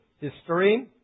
history